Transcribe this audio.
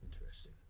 Interesting